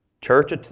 Church